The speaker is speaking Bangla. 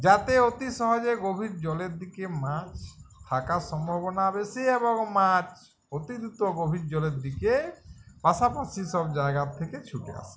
যাতে অতি সহজে গভীর জলের দিকে মাছ থাকার সম্ভাবনা বেশি এবং মাছ অতিরিক্ত গভীর জলের দিকে পাশাপাশি সব জায়গার থেকে ছুটে আসে